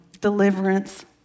deliverance